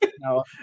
No